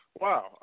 Wow